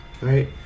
Right